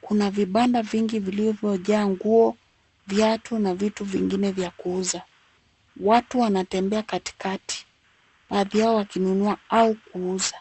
Kuna vibanda vingi vilivyojaa nguo, viatu na vitu vingine vya kuuza. Watu wanatembea katikati baadhi yao wakinunua au kuuza.